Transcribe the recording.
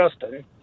Justin